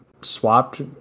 swapped